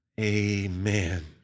amen